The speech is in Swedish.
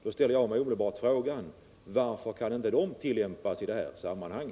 Då ställer jag mig omedelbart frågan: Varför kan inte de tillämpas i detta sammanhang?